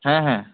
হ্যাঁ হ্যাঁ